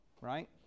right